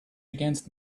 against